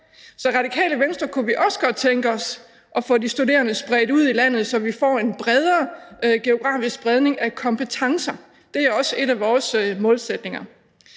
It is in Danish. Så i Radikale Venstre kunne vi også godt tænke os at få de studerende spredt ud i landet, så vi får en bredere geografisk spredning af kompetencer. Det er også en af vores målsætninger.